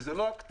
וזה לא הקטנים.